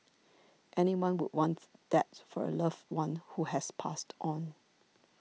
anyone would want that for a loved one who has passed on